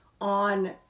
on